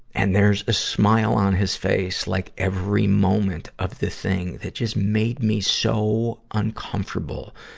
and there's a smile on his face like every moment of the thing that just made me so uncomfortable.